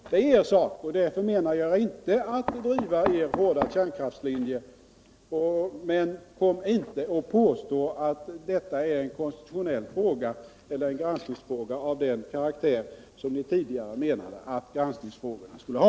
Det är er sak och jag förmenar inte er att driva er hårda kärnkraftslinje, men kom inte och påstå att detta är en konstitutionell fråga eller en granskningsfråga av den karaktär som ni tidigare menade att granskningsfrågorna skulle ha.